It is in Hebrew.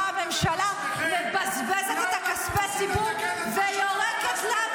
הממשלה מבזבזת את כספי הציבור ויורקת לנו